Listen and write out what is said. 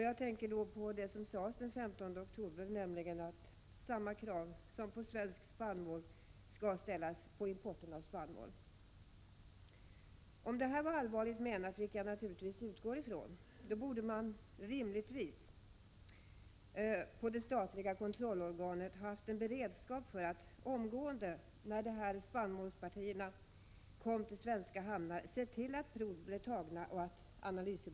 Jag tänker då på det som sades den 15 oktober, nämligen att samma krav som ställs på svenskt spannmål skall gälla beträffande importen av spannmål. Om detta var allvarligt menat, vilket jag naturligtvis utgår ifrån, borde man rimligtvis på det statliga kontrollorganet ha haft en beredskap för att omgående se till att prov blev tagna och analyser utförda när dessa spannmålspartier kom till svenska hamnar.